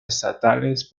estatales